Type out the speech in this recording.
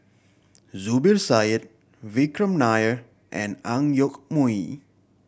Zubir Said Vikram Nair and Ang Yoke Mooi